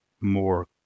more